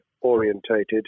orientated